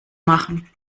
machen